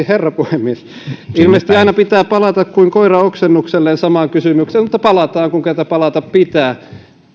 herra puhemies ilmeisesti aina pitää palata kuin koira oksennukselle samaan kysymykseen mutta palataan kun kerta palata pitää